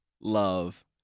love